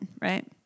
right